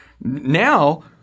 now –